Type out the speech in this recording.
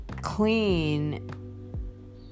clean